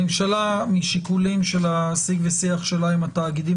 הממשלה משיקולים של השיח והשיח שלה עם התאגידים